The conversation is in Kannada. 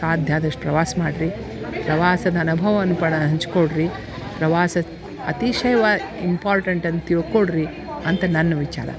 ಸಾಧ್ಯ ಆದಷ್ಟು ಪ್ರವಾಸ ಮಾಡ್ರಿ ಪ್ರವಾಸದ ಅನುಭವವನ್ನ ಪಡ್ ಹಂಚ್ಕೊಳ್ರಿ ಪ್ರವಾಸ ಅತಿಶಯ್ವಾ ಇಂಪಾರ್ಟೆಂಟ್ ಅಂತ ತಿಳ್ಕೊಳ್ರಿ ಅಂತ ನನ್ನ ವಿಚಾರ